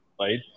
right